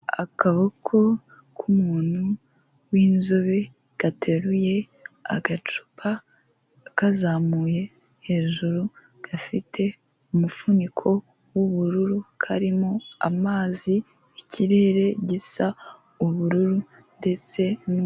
Akaboko k'umuntu w'inzobe gateruye agacupa kazamuye hejuru, gafite umufuniko w'ubururu, karimo amazi ikirere gisa ubururu ndetse n'umweru.